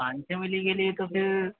पान छः मिली के लिए तो फिर